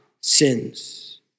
sins